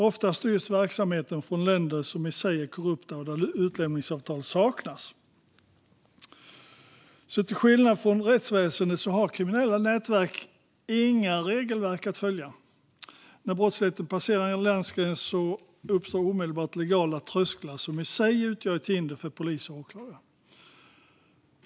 Ofta styrs verksamheten från länder som i sig är korrupta och där utlämningsavtal saknas. Till skillnad från rättsväsendet har kriminella nätverk inga regelverk att följa. När brottsligheten passerar en landgräns uppstår omedelbart legala trösklar som i sig utgör ett hinder för polis och åklagare.